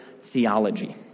Theology